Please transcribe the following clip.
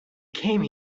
came